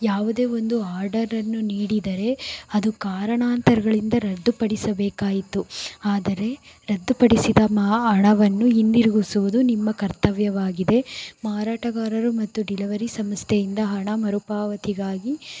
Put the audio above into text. ಯಾವುದೇ ಒಂದು ಆರ್ಡರನ್ನು ನೀಡಿದರೆ ಅದು ಕಾರಣಾಂತರಗಳಿಂದ ರದ್ದುಪಡಿಸಬೇಕಾಯಿತು ಆದರೆ ರದ್ದುಪಡಿಸಿದ ಹಣವನ್ನು ಹಿಂದಿರಿಗಿಸುವುದು ನಿಮ್ಮ ಕರ್ತವ್ಯವಾಗಿದೆ ಮಾರಾಟಗಾರರು ಮತ್ತು ಡೆಲಿವರಿ ಸಂಸ್ಥೆಯಿಂದ ಹಣ ಮರುಪಾವತಿಗಾಗಿ